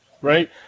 right